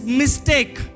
mistake